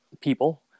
people